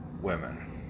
...women